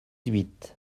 huit